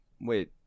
wait